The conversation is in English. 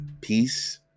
peace